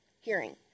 hearing